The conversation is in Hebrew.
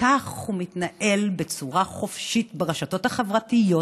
וכך הוא מתנהל בצורה חופשית ברשתות החברתיות